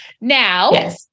Now